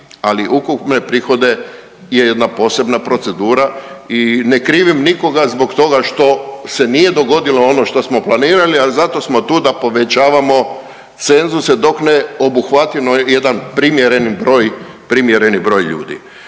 ali ukupne prihode je jedna posebna procedura i ne krivim nikoga zbog toga što se nije dogodilo ono što smo planirali, ali zato smo tu da povećavamo cenzuse dok ne obuhvatimo jedan primjereni broj ljudi.